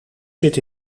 zit